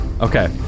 Okay